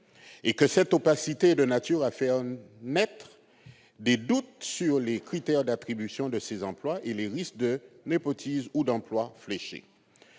et que cette opacité soit de nature à faire naître des doutes sur les critères d'attribution de ces emplois et les risques de népotisme ou d'emplois fléchés.